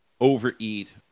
overeat